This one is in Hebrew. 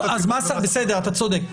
בסדר, אתה צודק.